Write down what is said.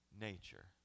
nature